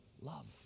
love